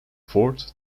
fort